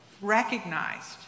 recognized